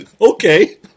Okay